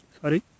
sorry